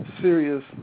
serious